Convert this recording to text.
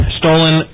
stolen